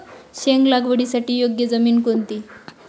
शेंग लागवडीसाठी योग्य जमीन कोणती?